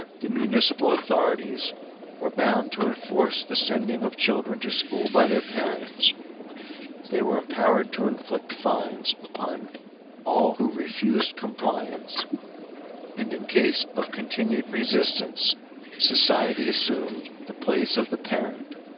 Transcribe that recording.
the municipal authorities were bound to enforce the sending of children to school by their parents they were empowered to inflict fines upon all who refused compliance and in case of continued resistance society assumed the place of the parent,